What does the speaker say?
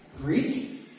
Greek